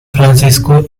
francisco